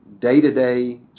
day-to-day